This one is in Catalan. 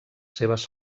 seves